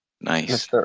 Nice